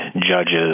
judges